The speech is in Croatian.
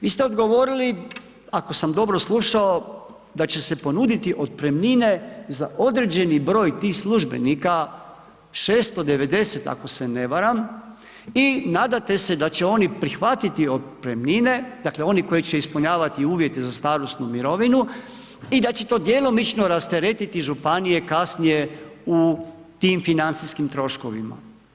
Vi ste odgovorili, ako sam dobro slušao da će se ponuditi otpremnine za određeni broj tih službenika 690 ako se ne varam i nadate se da će oni prihvatiti otpremnine, dakle oni koji će ispunjavati uvjete za starosnu mirovinu i da će to djelomično rasteretiti županije kasnije u tim financijskim troškovima.